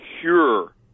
cure